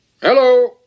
Hello